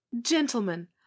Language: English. gentlemen